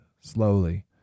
slowly